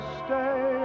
stay